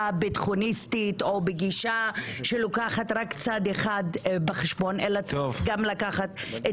ביטחוניסטית או בגישה שלוקחת רק צד אחד בחשבון אלא גם לקחת את